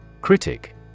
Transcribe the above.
Critic